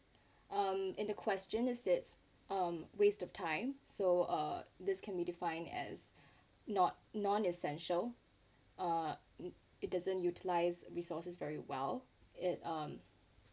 um in the question it said um waste of time so uh this can be defined as not non essential uh it doesn't utilise resources very well it um